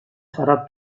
farà